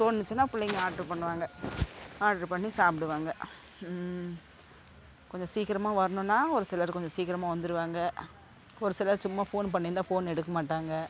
தோணுச்சுன்னா பிள்ளைங்க ஆர்டரு பண்ணுவாங்க ஆர்டரு பண்ணி சாப்பிடுவாங்க கொஞ்சம் சீக்கிரமா வர்ணுன்னா ஒரு சிலர் கொஞ்சம் சீக்கிரமா வந்திருவாங்க ஒரு சிலர் சும்மா ஃபோன் பண்ணியிருந்தா ஃபோன் எடுக்கமாட்டாங்க